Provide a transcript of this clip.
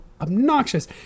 obnoxious